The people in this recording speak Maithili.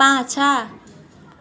पाछाँ